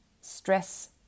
stress